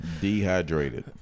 Dehydrated